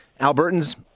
Albertans